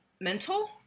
mental